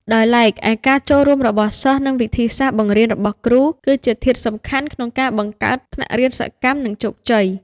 ដោយឡែកឯការចូលរួមរបស់សិស្ស និង វិធីសាស្ត្របង្រៀនរបស់គ្រូ គឺជាធាតុសំខាន់ក្នុងការបង្កើតថ្នាក់រៀនសកម្ម និងជោគជ័យ។